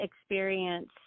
experience